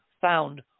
found